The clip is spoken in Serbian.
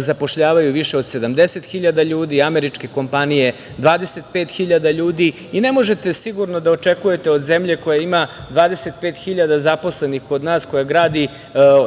zapošljavaju više od 70.000 ljudi, američke kompanije 25.000 ljudi. Ne možete sigurno da očekujete od zemlje koja ima 25.000 zaposlenih kod nas, koja gradi